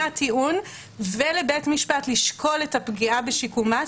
טיעון ולבית משפט לשקול את הפגיעה בשיקומה.